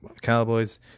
Cowboys